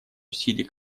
усилий